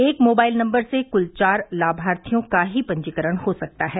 एक mobile number से कृल चार लाभार्थियों का ही पंजीकरण हो सकता है